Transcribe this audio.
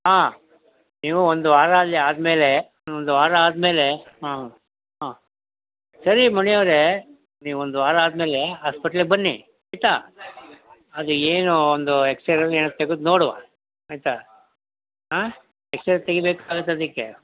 ಹಾಂ ನೀವು ಒಂದು ವಾರದಲ್ಲಿ ಆದ ಮೇಲೆ ಒಂದು ವಾರ ಆದ ಮೇಲೆ ಹಾಂ ಹಾಂ ಸರಿ ಮಣಿಯವರೇ ನೀವು ಒಂದು ವಾರ ಆದ ಮೇಲೆ ಆಸ್ಪೆಟ್ಲಗೆ ಬನ್ನಿ ಆಯಿತಾ ಅಲ್ಲಿ ಏನು ಒಂದು ಎಕ್ಸ್ರೇ ಏನೊ ತೆಗೆದು ನೋಡುವ ಆಯಿತಾ ಹಾಂ ಎಕ್ಸ್ರೇ ತೆಗಿಬೇಕಾಗತ್ತೆ ಅದಕ್ಕೆ